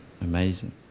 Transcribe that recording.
amazing